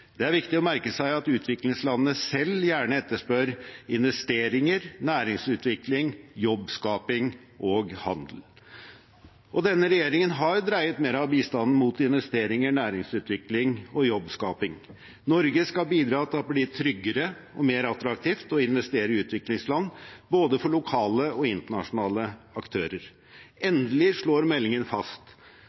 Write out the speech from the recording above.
Det er viktig å merke seg at utviklingslandene selv gjerne etterspør investeringer, næringsutvikling, jobbskaping og handel. Og denne regjeringen har dreiet mer av bistanden mot investeringer, næringsutvikling og jobbskaping. Norge skal bidra til at det blir tryggere og mer attraktivt å investere i utviklingsland både for lokale og for internasjonale aktører. Endelig slår meldingen fast